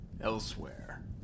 elsewhere